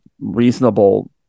reasonable